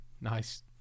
Nice